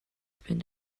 been